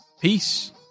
Peace